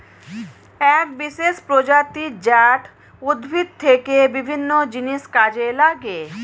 এক বিশেষ প্রজাতি জাট উদ্ভিদ থেকে বিভিন্ন জিনিস কাজে লাগে